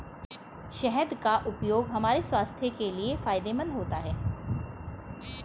शहद का उपयोग हमारे स्वास्थ्य के लिए फायदेमंद होता है